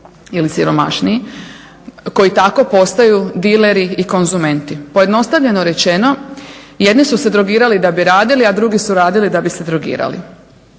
ili siromašniji koji tako postaju dileri i konzumenti. Pojednostavljeno rečeno jedni su se drogirali da bi radili, a drugi su radili da bi se drogirali.